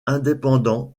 indépendant